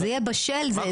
זה יהיה בשל זה יהיה אחרת.